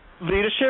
leadership